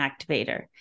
activator